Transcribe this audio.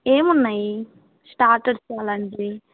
ఏమున్నాయి స్టార్టర్స్ అలాంటివి